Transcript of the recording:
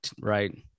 right